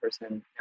person